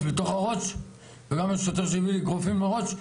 לתוך הראש וגם השוטר שהביא לי אגרופים לראש,